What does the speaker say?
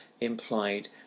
implied